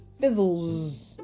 fizzles